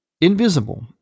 invisible